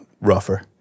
rougher